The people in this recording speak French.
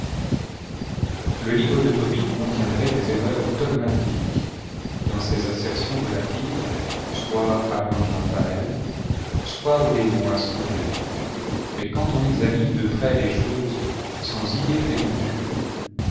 le livre de tobie contiendrait des erreurs dogmatiques dans ses assertions relatives soit à l'ange raphaël soit au démon asmodée mais quand on examine de près les choses sans idée préconçue